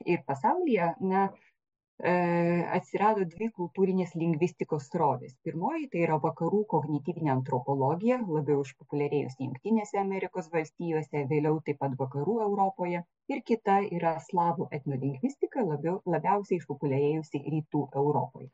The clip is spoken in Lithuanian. ir pasaulyje na e atsirado dvi kultūrinės lingvistikos srovės pirmoji tai yra vakarų kognityvinė antropologija labiau išpopuliarėjus jungtinėse amerikos valstijose vėliau taip pat vakarų europoje ir kita yra slavų etnolingvistiką labiau labiausiai išpopuliarėjusi rytų europoje